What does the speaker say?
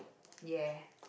ya